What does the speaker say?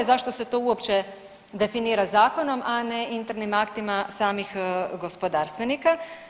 Zašto se to uopće definira zakonom, a ne internim aktima samih gospodarstvenika?